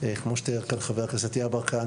כמו שאמר חבר הכנסת גדי יברקן.